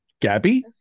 Gabby